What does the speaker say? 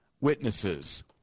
witnesses